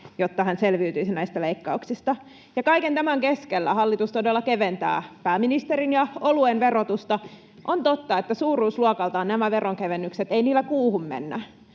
jotta hän selviytyisi näistä leikkauksista? Ja kaiken tämän keskellä hallitus todella keventää pääministerin ja oluen verotusta. On totta, että suuruusluokaltaan näillä veronkevennyksillä ei kuuhun mennä,